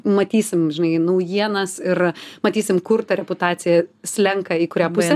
matysim žinai naujienas ir matysim kur ta reputacija slenka į kurią pusę